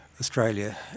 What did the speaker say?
Australia